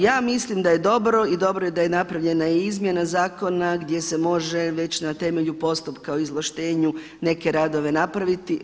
Ja mislim da je dobro i dobro je da je napravljena i izmjena zakona gdje se može već na temelju postupka o izvlaštenju neke radove napraviti.